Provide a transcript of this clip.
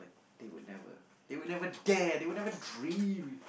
they would never they would never dare they would never dream